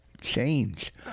Change